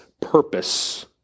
purpose